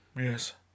yes